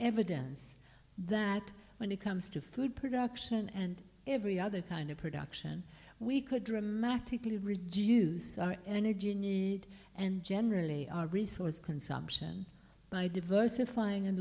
evidence that when it comes to food production and every other kind of production we could dramatically reduce our energy and generally our resource consumption by diversifying and